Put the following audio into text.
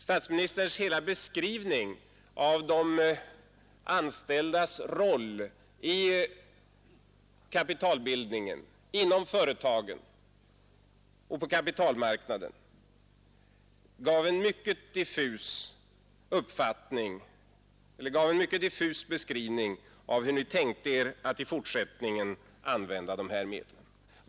Statsministerns hela beskrivning av de anställdas roll i kapitalbildningen, inom företagen och på kapitalmarknaden gav en mycket diffus bild av hur ni tänker er att i fortsättningen använda de här medlen.